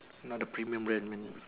not the premium brand mean